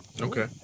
Okay